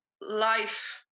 life